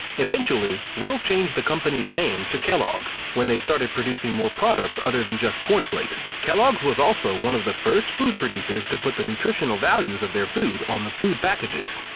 eventually, will changed the company's name to kellogg's when they started producing more products other than just corn flakes. kellogg's was also one of the first food producers to put the nutritional values of their foods on the food packages.